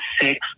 six